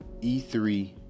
E3